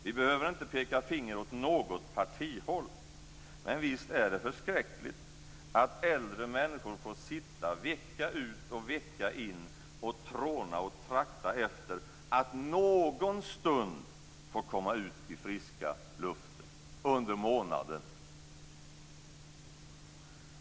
Vi behöver inte peka finger åt något partis håll, men visst är det förskräckligt att äldre människor får sitta vecka ut och vecka in och tråna och trakta efter att någon stund under månaden få komma ut i friska luften?